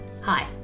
Hi